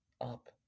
up